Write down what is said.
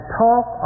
talk